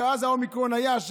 שאז האומיקרון היה,